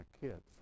kids